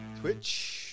Twitch